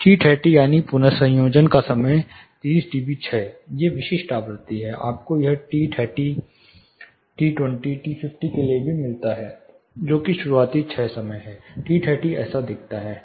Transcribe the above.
T 30 यानी पुनर्संयोजन का समय 30 डीबी क्षय ये विशिष्ट आवृत्ति हैं आपको यह टी 20 टी 50 के लिए भी मिलता है जो कि शुरुआती क्षय समय है t30 ऐसा दिखता है